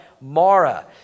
Mara